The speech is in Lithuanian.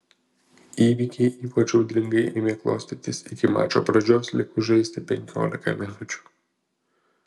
įvykiai ypač audringai ėmė klostytis iki mačo pradžios likus žaisti penkiolika minučių